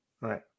Right